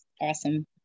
awesome